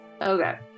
Okay